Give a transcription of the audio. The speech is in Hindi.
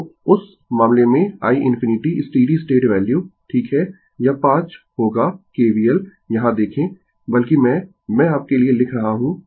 तो उस मामले में i ∞ स्टीडी स्टेट वैल्यू ठीक है यह 5 होगा KVL यहाँ देखें बल्कि मैं मैं आपके लिए लिख रहा हूं